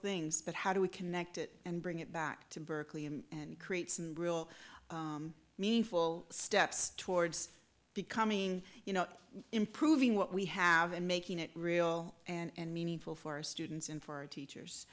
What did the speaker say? things but how do we connect it and bring it back to berkeley and create some real meaningful steps towards becoming you know improving what we have and making it real and meaningful for students and for teachers